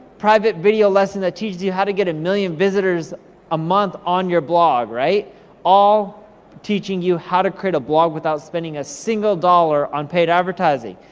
private video lesson that teaches you how to get a million visitors a month on your blog. all teaching you how to create a blog without spending a single dollar on paid advertising.